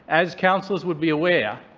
as councillors would be aware,